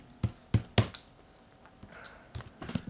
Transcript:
cannot just don't open what but the thing is not all players skilled leh